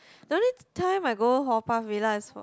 the only time I go Haw-Par-Villa is for